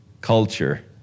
culture